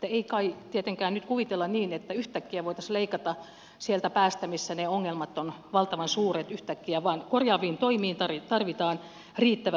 ei kai tietenkään nyt kuvitella niin että yhtäkkiä voitaisiin leikata sieltä päästä missä ne ongelmat ovat valtavan suuret vaan korjaaviin toimiin tarvitaan riittävät resurssit